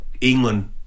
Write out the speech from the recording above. England